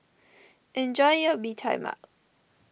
enjoy your Bee Tai Mak